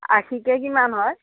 আষিকে কিমান হয়